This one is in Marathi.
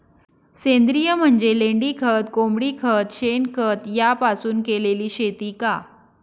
सेंद्रिय म्हणजे लेंडीखत, कोंबडीखत, शेणखत यापासून केलेली शेती का?